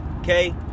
Okay